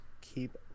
keep